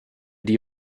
die